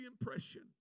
impression